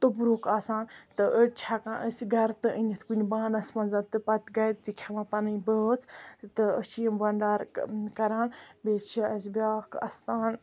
توٚبرُک آسان تہٕ أڑۍ چھِ ہیٚکان أسۍ گَرٕ تہِ أنِتھ کُنہِ بانس منٛز تہٕ پَتہٕ گَرِ تہِ کھٮ۪وان پَنٕنۍ بٲژ تہٕ أسۍ چھِ یِم بَنڑارٕ کَران بیٚیہِ چھِ اَسہِ بیاکھ آستان